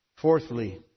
Fourthly